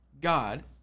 God